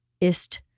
ist